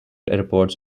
reports